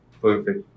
Perfect